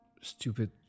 stupid